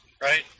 right